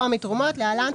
או מתרומות (להלן,